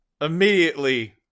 immediately